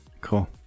cool